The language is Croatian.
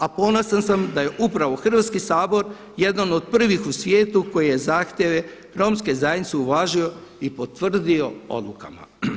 A ponosan sam da je upravo Hrvatski sabor jedan od prvih u svijetu koji je zahtjeve Romske zajednice uvažio i potvrdio odlukama.